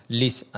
list